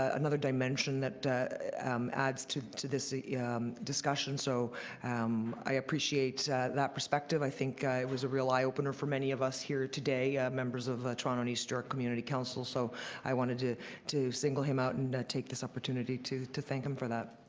ah another dimension that adds to to this discussion. so um i appreciate that perspective. i think it was a real eye-opener for many of us here today, ah members of the toronto and east community council. so i wanted to to single him out and take this opportunity to to thank him for that.